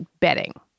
betting